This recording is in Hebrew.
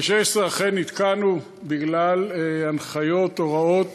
ב-2016 אכן נתקענו בגלל הנחיות, הוראות